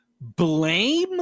blame